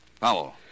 Powell